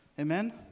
Amen